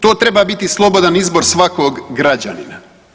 To treba biti slobodan izbor svakog građanina.